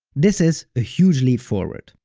this is ah huge leap forward.